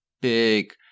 big